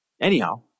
Anyhow